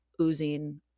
oozing